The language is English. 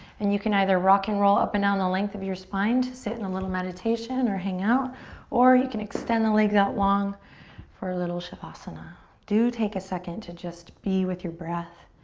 and you can either rock and roll up and down the length of your spine to sit in and a little meditation or hang out or you can extend the leg that long for a little shavasana. do take a second to just be with your breath.